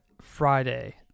Friday